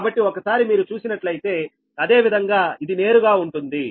కాబట్టి ఒకసారి మీరు చూసినట్లయితే అదేవిధంగా ఇది నేరుగా ఉంటుంది